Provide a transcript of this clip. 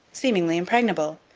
seemingly impregnable,